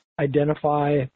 identify